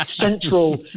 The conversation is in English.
central